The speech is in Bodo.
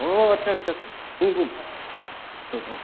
अ आदसा सा सा बुं बुं औ औ